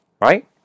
Right